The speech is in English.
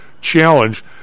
challenge